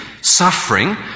suffering